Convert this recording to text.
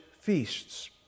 feasts